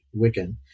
Wiccan